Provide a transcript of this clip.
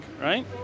right